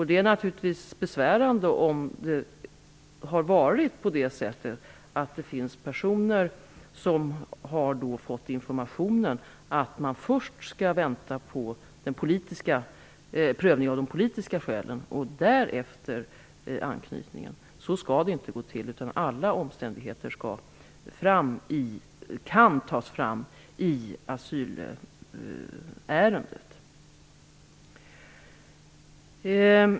Det är naturligtvis besvärande om det har varit på det sättet att det finns personer som har fått informationen att man först skall vänta på prövningen av de politiska skälen och därefter ta upp anknytningen. Så skall det inte gå till, utan alla omständigheter kan tas fram i asylärendet.